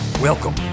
Welcome